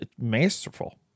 masterful